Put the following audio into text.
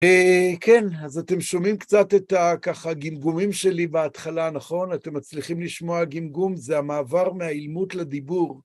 כן, אז אתם שומעים קצת את ככה הגמגומים שלי בהתחלה, נכון? אתם מצליחים לשמוע, הגמגום זה המעבר מהאילמות לדיבור.